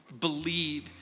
believe